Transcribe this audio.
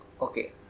okay